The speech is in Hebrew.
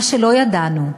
מה שלא ידענו.